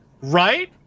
Right